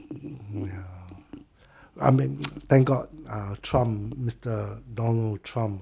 hmm ya I mean thank god um trump mister donald trump